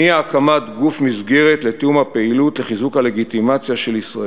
הניע הקמת גוף מסגרת לתיאום הפעילות לחיזוק הלגיטימציה של ישראל.